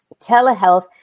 telehealth